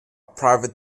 private